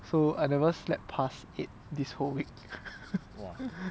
so I never slept past eight this whole week